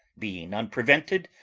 being unprevented,